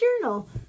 journal